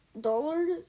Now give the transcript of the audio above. dollars